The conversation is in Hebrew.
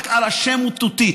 רק השם הוא תותית.